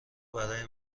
برای